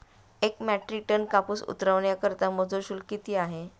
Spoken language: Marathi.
एक मेट्रिक टन कापूस उतरवण्याकरता मजूर शुल्क किती आहे?